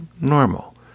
normal